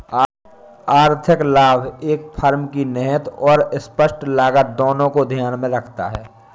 आर्थिक लाभ एक फर्म की निहित और स्पष्ट लागत दोनों को ध्यान में रखता है